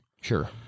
sure